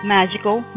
Magical